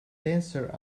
dancer